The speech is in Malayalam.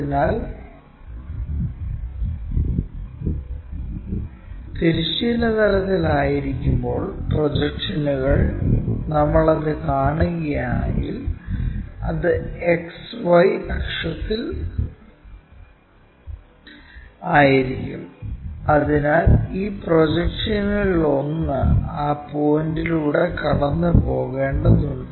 അതിനാൽ തിരശ്ചീന തലത്തിൽ ആയിരിക്കുമ്പോൾ പ്രൊജക്ഷനുകൾ നമ്മൾ അത് കാണുകയാണെങ്കിൽ അത് XY അക്ഷത്തിൽ ആയിരിക്കും അതിനാൽ ഈ പ്രൊജക്ഷനുകളിലൊന്ന് ആ പോയിന്റിലൂടെ കടന്നുപോകേണ്ടതുണ്ട്